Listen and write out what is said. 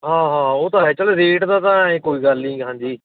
ਹਾਂ ਹਾਂ ਉਹ ਤਾਂ ਹੈ ਚਲੋ ਰੇਟ ਦਾ ਤਾਂ ਐਂ ਕੋਈ ਗੱਲ ਨਹੀਂ ਹਾਂਜੀ